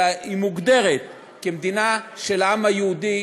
אלא היא מוגדרת כמדינה של העם היהודי.